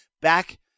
back